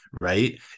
right